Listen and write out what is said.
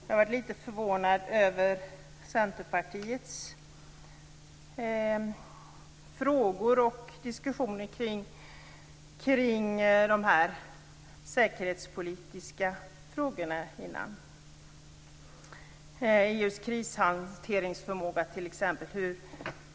Jag är lite förvånad över Centerpartiets diskussion kring de säkerhetspolitiska frågorna tidigare här i dag.